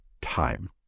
time